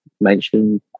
mentioned